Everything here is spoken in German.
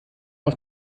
auf